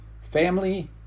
family